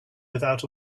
without